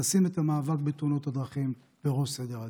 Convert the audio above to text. תשים את המאבק בתאונות הדרכים בראש סדר העדיפויות.